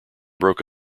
broke